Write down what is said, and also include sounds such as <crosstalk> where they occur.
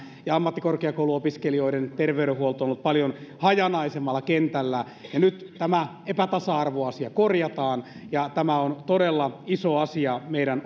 ja ammattikorkeakouluopiskelijoiden terveydenhuolto on ollut paljon hajanaisemmalla kentällä nyt tämä epätasa arvoasia korjataan ja tämä on todella iso asia meidän <unintelligible>